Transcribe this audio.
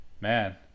man